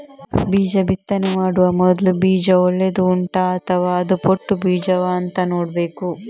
ಬೀಜ ಬಿತ್ತನೆ ಮಾಡುವ ಮೊದ್ಲು ಬೀಜ ಒಳ್ಳೆದು ಉಂಟಾ ಅಥವಾ ಅದು ಪೊಟ್ಟು ಬೀಜವಾ ಅಂತ ನೋಡ್ಬೇಕು